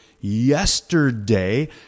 yesterday